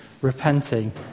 repenting